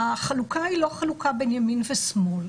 החלוקה היא לא חלוקה בין ימין ושמאל.